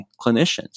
clinicians